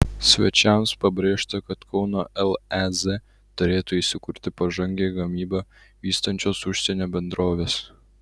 svečiams pabrėžta kad kauno lez turėtų įsikurti pažangią gamybą vystančios užsienio bendrovės